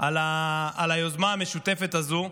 על היוזמה המשותפת הזאת,